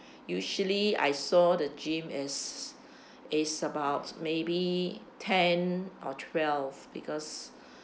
usually I saw the gym is is about maybe ten or twelve because